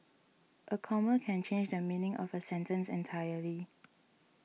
a comma can change the meaning of a sentence entirely